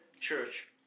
church